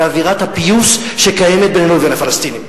באווירת הפיוס שקיימת בינינו לבין הפלסטינים.